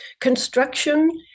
construction